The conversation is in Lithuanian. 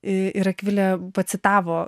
ir akvilė pacitavo